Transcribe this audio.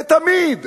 לתמיד.